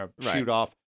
shoot-off